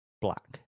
black